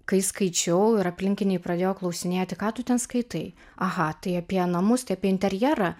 kai skaičiau ir aplinkiniai pradėjo klausinėti ką tu ten skaitai aha tai apie namus tai apie interjerą